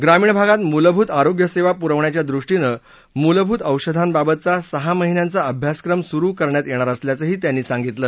ग्रामीण भागात मुलभूत आरोग्य सेवा पुरवण्याच्या दृष्टीनं मुलभूत औषधांबाबतचा सहा महिन्यांचा अभ्यासक्रम सुरू करण्यात येणार असल्याचंही ते म्हणाले